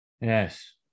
Yes